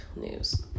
news